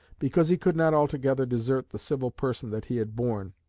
because he could not altogether desert the civil person that he had borne,